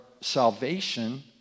salvation